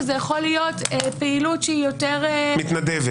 וזו יכולה להיות פעילות שהיא יותר מתנדבת.